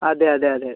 അതെ അതെ അതെ